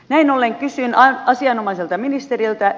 näin ollen kysyn asianomaiselta ministeriltä